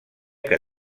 que